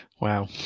Wow